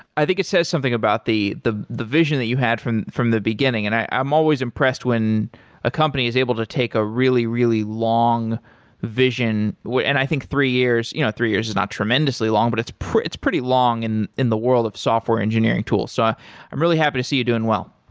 i think it says something about the the vision that you had from from the beginning, and i am always impressed when a company is able to take a really, really long vision, and i think three years you know three years is not tremendously long, but it's pretty it's pretty long and in the world of software engineering tools. so i'm really happy to see you doing well.